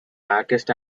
darkest